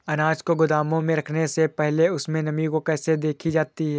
अनाज को गोदाम में रखने से पहले उसमें नमी को क्यो देखी जाती है?